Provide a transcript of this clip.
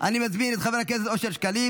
ותחזור לדיון בוועדת הכנסת.